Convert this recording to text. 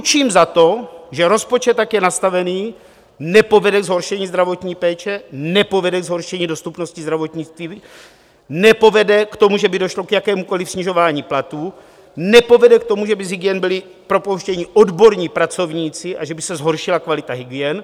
Ručím za to, že rozpočet, jak je nastaven, nepovede ke zhoršení zdravotní péče, nepovede ke zhoršení dostupnosti zdravotnictví, nepovede k tomu, že by došlo k jakémukoliv snižování platů, nepovede k tomu, že by z hygien byli propouštěni odborní pracovníci a že by se zhoršila kvalita hygien.